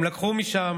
הם לקחו משם